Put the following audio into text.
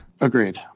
Agreed